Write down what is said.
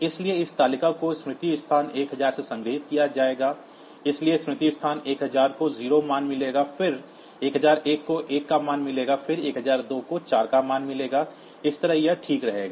इसलिए इस तालिका को स्मृति स्थान 1000 से संग्रहीत किया जाएगा इसलिए स्मृति स्थान 1000 को मान 0 मिलेगा फिर 1001 को 1 का मान मिलेगा फिर 1002 को 4 का मान मिलेगा इस तरह यह ठीक रहेगा